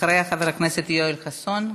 אחריה, חבר הכנסת יואל חסון.